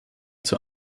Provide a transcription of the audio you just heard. zur